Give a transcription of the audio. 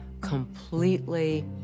completely